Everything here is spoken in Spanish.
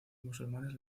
musulmanes